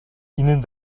ihnen